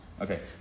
Okay